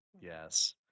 Yes